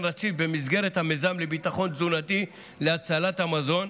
רציף במסגרת המיזם לביטחון תזונתי להצלת המזון.